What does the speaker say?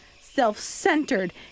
self-centered